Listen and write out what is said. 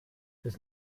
ist